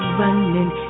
running